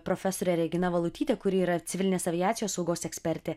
profesorė regina valutytė kuri yra civilinės aviacijos saugos ekspertė